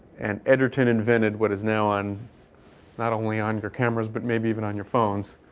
and edgerton invented what is now on not only on your cameras but maybe even on your phones,